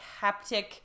haptic